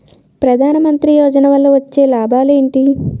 ప్రధాన మంత్రి యోజన వల్ల వచ్చే లాభాలు ఎంటి?